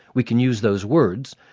we can use those words.